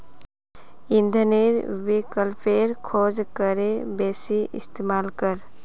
इंधनेर विकल्पेर खोज करे बेसी इस्तेमाल कर